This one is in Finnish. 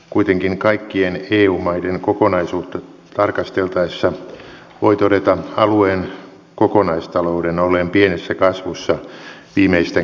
kuitenkin kaikkien eu maiden kokonaisuutta tarkasteltaessa voi todeta alueen kokonaistalouden olleen pienessä kasvussa viimeisten kahden vuoden ajan